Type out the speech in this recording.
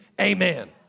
Amen